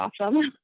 awesome